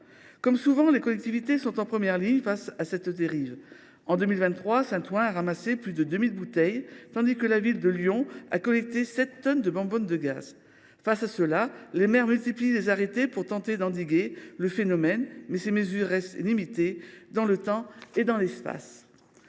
Comme souvent, les collectivités sont en première ligne face à cette dérive. En 2023, Saint Ouen a ramassé plus de 2 000 bouteilles, tandis que la ville de Lyon a collecté 7 tonnes de bonbonnes de gaz. Les maires multiplient les arrêtés pour tenter d’endiguer le phénomène, mais ces mesures restent limitées dans le temps et dans l’espace.